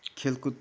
खेलकुद